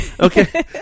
Okay